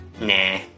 Nah